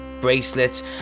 bracelets